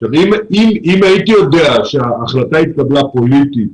אם הייתי יודע שההחלטה התקבלה פוליטית,